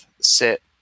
sit